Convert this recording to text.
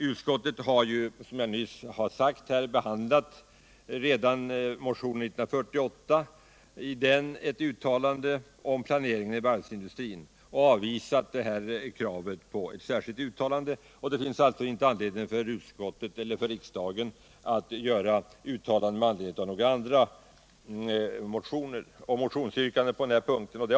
Utskottet har, som jag nyss sade, redan behandlat vad som i motionen uttalats om planeringen av varvsindustrin, och man har avvisat kravet på ett särskilt uttalande. Det finns ingen anledning för riksdagen att göra uttalanden med anledning av andra motionsyrkanden på den punkten.